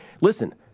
Listen